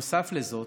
נוסף לזאת